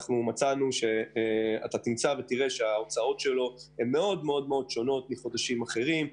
תמצא שהוצאותיו שונות משמעותית מחודשים אחרים.